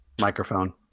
Microphone